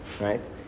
right